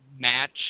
match